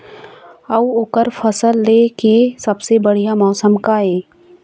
अऊ ओकर फसल लेय के सबसे बढ़िया मौसम का ये?